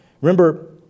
Remember